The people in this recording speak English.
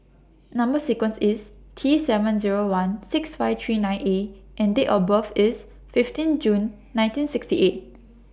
Number sequence IS T seven Zero one six five three nine A and Date of birth IS fifteen June nineteen sixty eight